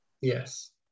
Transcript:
Yes